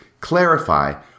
clarify